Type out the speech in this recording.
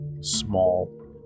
small